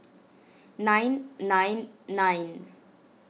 nine nine nine